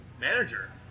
manager